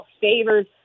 favors